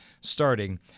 starting